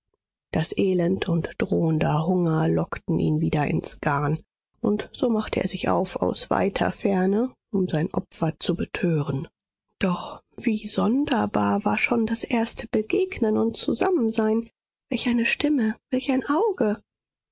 das elend und drohender hunger lockten ihn wieder ins garn und so machte er sich auf aus weiter ferne um sein opfer zu betören doch wie sonderbar war schon das erste begegnen und zusammensein welch eine stimme welch ein auge